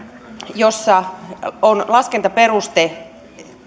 jossa on laskentaperuste